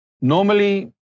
Normally